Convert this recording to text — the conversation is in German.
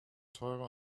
teurer